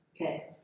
okay